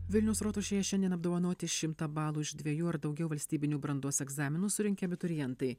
vilniaus rotušėje šiandien apdovanoti šimtą balų iš dviejų ar daugiau valstybinių brandos egzaminų surinkę abiturientai